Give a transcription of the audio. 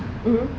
mmhmm